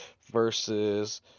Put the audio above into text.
versus